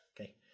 Okay